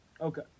Okay